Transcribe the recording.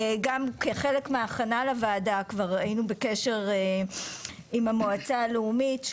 כחלק מההכנה לוועדה כבר היינו בקשר עם המועצה הלאומית.